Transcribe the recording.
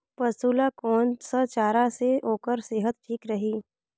पशु ला कोन स चारा से ओकर सेहत ठीक रही?